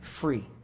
free